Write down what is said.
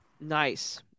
Nice